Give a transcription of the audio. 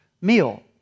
meal